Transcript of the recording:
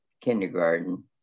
kindergarten